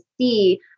see